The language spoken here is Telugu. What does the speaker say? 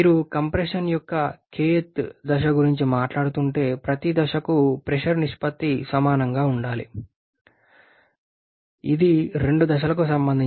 మీరు కంప్రెషన్ యొక్క kth దశ గురించి మాట్లాడుతుంటే ప్రతి దశకు ప్రెషర్ నిష్పత్తి సమానంగా ఉండాలి ఇది రెండు దశలకు సంబంధించినది